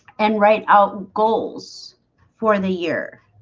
and write out goals for the year